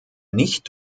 nicht